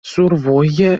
survoje